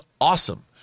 awesome